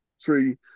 tree